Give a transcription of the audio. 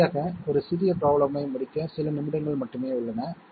கடைசியாக ஒரு சிறிய ப்ரோப்லேம் ஐ முடிக்க சில நிமிடங்கள் மட்டுமே உள்ளன